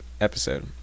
episode